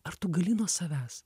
ar tu gali nuo savęs